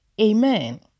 Amen